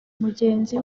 mugenzi